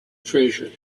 treasure